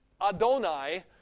Adonai